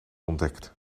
ontdekt